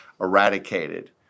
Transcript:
eradicated